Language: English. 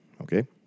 okay